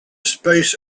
space